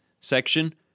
section